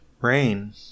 rain